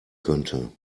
könnte